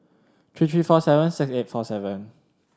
three three four seven six eight four seven